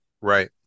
right